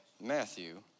Matthew